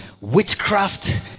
witchcraft